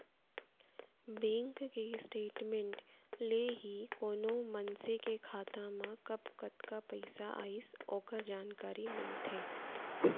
bank के statement ले ही कोनो मनसे के खाता मा कब कतका पइसा आइस ओकर जानकारी मिलथे